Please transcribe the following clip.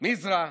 מזרעה,